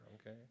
okay